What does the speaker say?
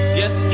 yes